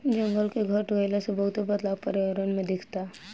जंगल के घट गइला से बहुते बदलाव पर्यावरण में दिखता